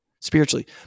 spiritually